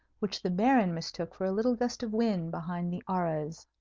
which the baron mistook for a little gust of wind behind the arras.